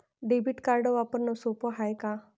Debit card वापरणं सोप हाय का?